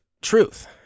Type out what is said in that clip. truth